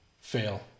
Fail